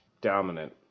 dominant